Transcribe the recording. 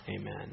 Amen